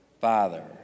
Father